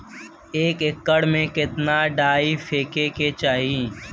एक एकड़ में कितना डाई फेके के चाही?